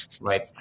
right